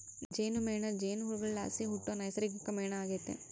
ಜೇನುಮೇಣ ಜೇನುಹುಳುಗುಳ್ಲಾಸಿ ಹುಟ್ಟೋ ನೈಸರ್ಗಿಕ ಮೇಣ ಆಗೆತೆ